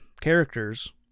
characters